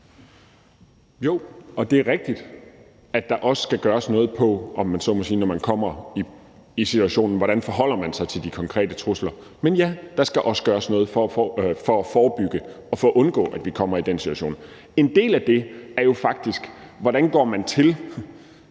Jo, og det er rigtigt, at der også skal gøres noget, i forhold til når man kommer i situationen – hvordan man forholder sig til de konkrete trusler. Men ja, der skal også gøres noget for at forebygge og undgå, at vi kommer i den situation. En del af det er jo faktisk: Hvordan tilgår man det